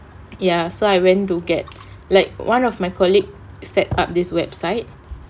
ya so I went to get like one of my colleague set up this website